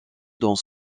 dans